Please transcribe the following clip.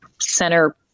center